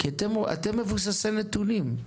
כי אתם מבוססי נתונים.